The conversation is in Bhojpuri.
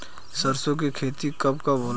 सरसों के खेती कब कब होला?